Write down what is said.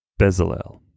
Bezalel